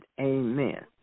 Amen